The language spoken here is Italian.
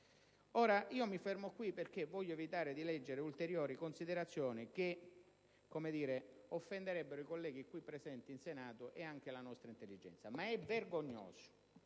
Mi fermo qui, perché voglio evitare di leggere ulteriori considerazioni che offenderebbero i colleghi qui presenti in Senato e anche la nostra intelligenza; ma è vergognoso